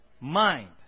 Mind